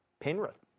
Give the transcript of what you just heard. Penrith